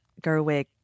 Gerwig